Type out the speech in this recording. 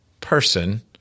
person